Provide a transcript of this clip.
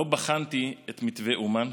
לא בחנתי את מתווה אומן,